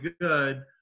good